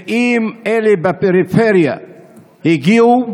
ואם אלה בפריפריה הגיעו,